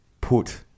put